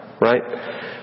right